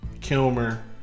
Kilmer